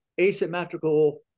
asymmetrical